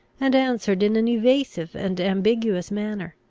and answered in an evasive and ambiguous manner.